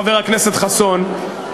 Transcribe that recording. חבר הכנסת חסון,